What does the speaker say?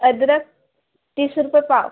अद्रक तीस रुपये पाव